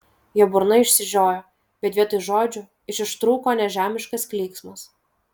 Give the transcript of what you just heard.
jo burna išsižiojo bet vietoj žodžių iš ištrūko nežemiškas klyksmas